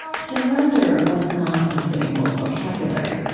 um surrender was not in sitting bull's vocabulary.